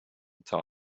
top